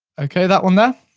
okay that one there.